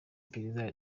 iperereza